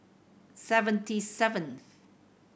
seventy seven